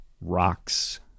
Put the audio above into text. rocks